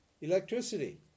Electricity